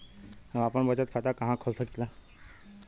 हम आपन बचत खाता कहा खोल सकीला?